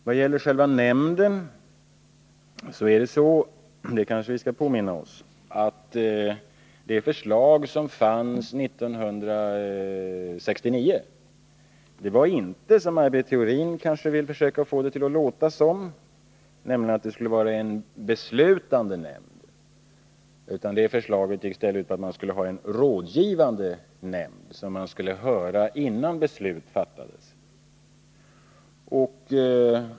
Vad gäller själva nämnden är det så — det kanske vi skall påminna oss — att det förslag som fanns 1969 inte, som Maj Britt Theorin kanske vill försöka få det att låta som, innebar att det skulle vara en beslutande nämnd, utan förslaget gick i stället ut på att man skulle ha en rådgivande nämnd som man skulle höra innan beslut fattades.